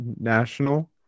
national